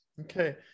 Okay